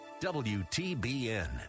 WTBN